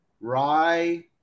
Rye